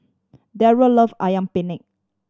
Derrell love Ayam Penyet